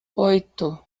oito